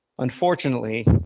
unfortunately